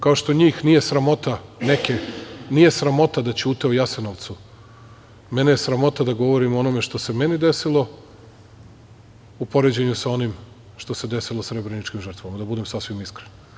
Kao što njih nije sramota neke, nije sramota da ćute o Jasenovcu, mene je sramota da govorim o onome što se meni desilo u poređenju sa onim što se desilo srebreničkim žrtvama, da budem sasvim iskren.